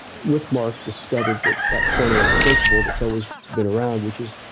with mark discovered that that twenty x principle that's always been around, which is